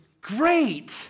great